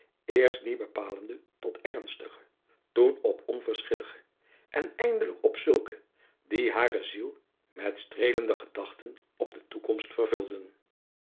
eerst die bepalende tot ernstige toen op onverschillige en eindelijk op zul driaan oosjes zn et leven van aurits ijnslager ke die hare ziel met streelende gedachten op de toekomst vervulden